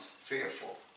fearful